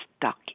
stuck